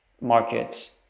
markets